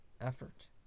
effort